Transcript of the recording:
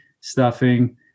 stuffing